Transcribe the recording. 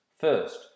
First